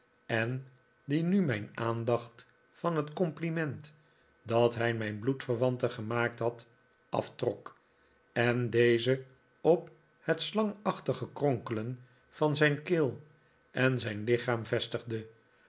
en die nu mijn aandacht van het compliment dat hij mijn bloedverwante gemaakt had aftrok en deze op het slangachtige kronkelen van zijn keel en zijn lichaam vestigde